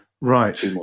right